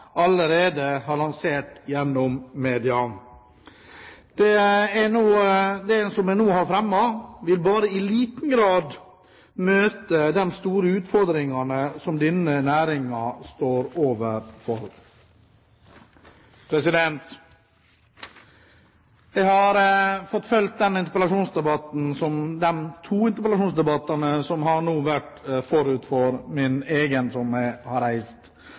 allerede har lansert gjennom media. Det som jeg nå har fremmet, vil bare i liten grad møte de store utfordringene som denne næringen står overfor. Jeg har fulgt de to interpellasjonsdebattene som har vært forut for min egen. Det er lærerikt å kunne følge de debattene som